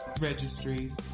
Registries